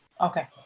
okay